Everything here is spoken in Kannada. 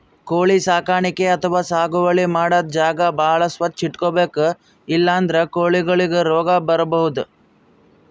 ಕೋಳಿ ಸಾಕಾಣಿಕೆ ಅಥವಾ ಸಾಗುವಳಿ ಮಾಡದ್ದ್ ಜಾಗ ಭಾಳ್ ಸ್ವಚ್ಚ್ ಇಟ್ಕೊಬೇಕ್ ಇಲ್ಲಂದ್ರ ಕೋಳಿಗೊಳಿಗ್ ರೋಗ್ ಬರ್ಬಹುದ್